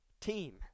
team